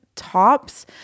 tops